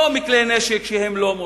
לא מכלי נשק שהם לא מורשים,